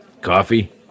Coffee